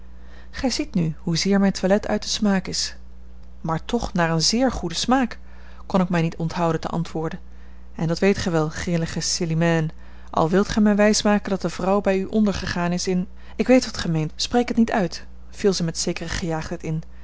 gij ziet nu hoezeer mijn toilet uit den smaak is maar toch naar een zeer goeden smaak kon ik mij niet onthouden te antwoorden en dat weet gij wel grillige célimène al wilt gij mij wijsmaken dat de vrouw bij u onder gegaan is in ik weet wat gij meent spreek het niet uit viel zij met zekere gejaagdheid in